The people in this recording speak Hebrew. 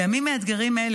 בימים מאתגרים אלה,